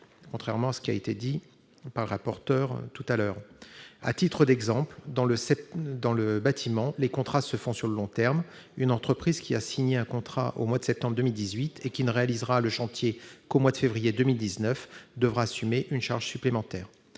contrairement à ce qui a été dit tout à l'heure. À titre d'exemple, dans le bâtiment, les contrats se font sur le long terme : une entreprise qui a signé un contrat au mois de septembre 2018 et qui ne réalisera le chantier qu'au mois de février 2019 devra assumer une charge supplémentaire.